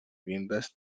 riendas